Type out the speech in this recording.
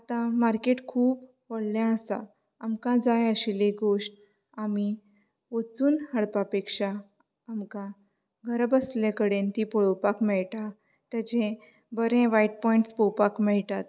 आता मार्केट खूब व्हडलें आसा आमकां जाय आशिल्ली गोश्ट आमी वोचून हाडपा पेक्षा आमकां घरा बसल्या कडेन ती पळोवपाक मेळटा तेचें बरें वायट पोयंट्स पोवपाक मेळटात